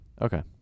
Okay